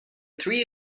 three